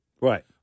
Right